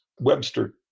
Webster